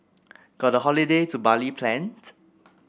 got a holiday to Bali planned